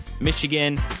Michigan